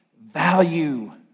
Value